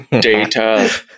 Data